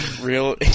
real